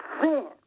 sin